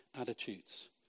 attitudes